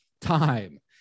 time